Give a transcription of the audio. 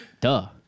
Duh